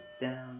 down